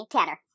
Tanner